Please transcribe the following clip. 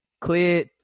clear